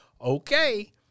okay